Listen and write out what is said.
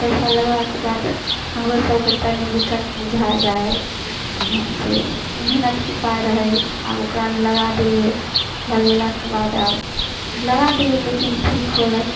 पैसा लगलाके बादो हमरो सबके तनी दिक्कत बुझा जाइ है से हँ से मेहनतके पाइ रहै आ ओकरामे लगा देलियै लगेलाके बाद आब लगा देली लेकिन ठीक होलै